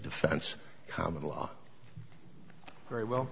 defense common law very well